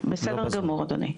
בסדר גמור אדוני.